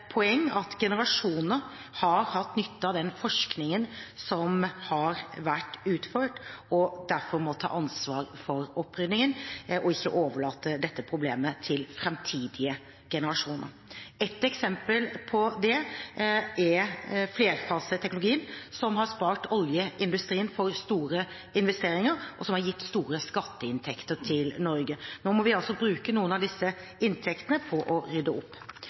poeng at generasjonene som har hatt nytte av den forskningen som har vært utført, også må ta ansvar for opprydningen og ikke overlate dette problemet til framtidige generasjoner. Ett eksempel på det er flerfaseteknologien, som har spart oljeindustrien for store investeringer og har gitt store skatteinntekter til Norge. Nå må vi bruke noen av disse inntektene til å rydde opp.